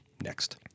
next